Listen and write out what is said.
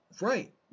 Right